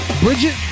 Bridget